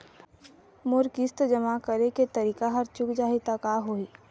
मोर किस्त जमा करे के तारीक हर चूक जाही ता का होही?